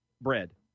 bread